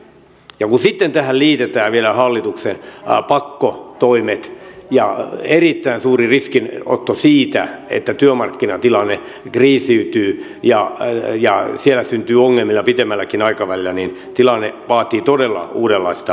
kun tähän sitten liitetään vielä hallituksen pakkotoimet ja erittäin suuri riskinotto siinä että työmarkkinatilanne kriisiytyy ja siellä syntyy ongelmia pitemmälläkin aikavälillä niin tilanne vaatii todella uudenlaista arviointia